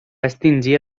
extingir